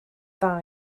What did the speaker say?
dda